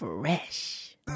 Fresh